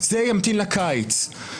זה לא בגללי, אני לא לוקח זכויות שהן לא לי.